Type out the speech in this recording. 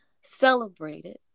celebrated